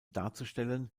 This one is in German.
darzustellen